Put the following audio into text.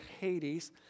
Hades